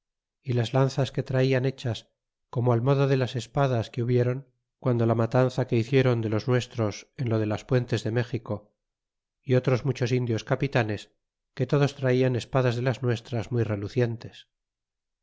é las lanzas que traian hechas como al modo de las espadas que huble ron guando la gran matanza que hicieron de los nuestros en lo de las puentes de méxico y otros muchos indios capitanes que todos traian espadas de las nuestras muy relucientes